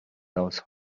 those